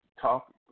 talk